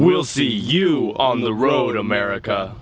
we'll see you on the road america